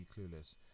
clueless